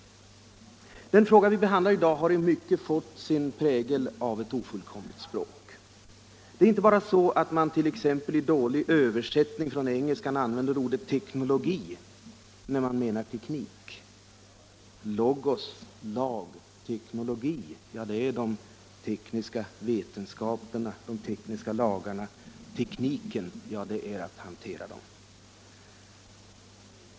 Den fråga som vi i dag behandlar har i mycket fått sin prägel av ett ofullkomligt språk. Det är inte bara så att man t.ex. i dålig översättning från engelskan använder ordet teknologi, när man menar teknik. Teknologi — logos=lag — avser ju mer de tekniska sambanden och lagarna. Teknik är att hantera dem.